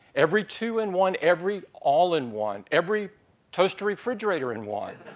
every two in one, every all in one, every toaster refrigerator in one,